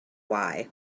why